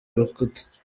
urukuta